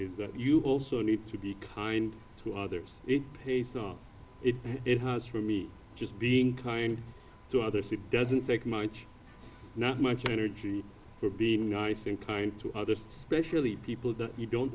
that you also need to be kind to others pay so it has for me just being kind to others it doesn't take much not much energy for being nice and kind to others especially people you don't